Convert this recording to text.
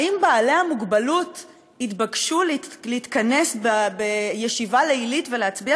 האם בעלי המוגבלות התבקשו להתכנס בישיבה לילית ולהצביע